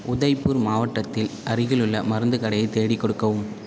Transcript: உதய்பூர் மாவட்டத்தில் அருகிலுள்ள மருந்துக் கடையை தேடிக் கொடுக்கவும்